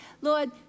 Lord